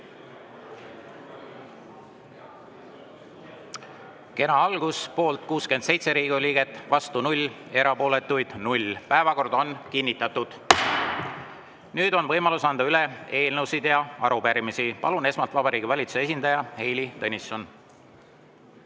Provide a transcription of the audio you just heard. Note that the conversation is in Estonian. Kena algus: poolt 67 Riigikogu liiget, vastu 0, erapooletuid 0. Päevakord on kinnitatud. Nüüd on võimalus anda üle eelnõusid ja arupärimisi. Palun esmalt siia Vabariigi Valitsuse esindaja Heili Tõnissoni.